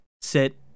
sit